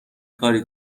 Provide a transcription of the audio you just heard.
کاری